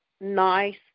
nice